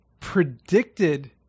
predicted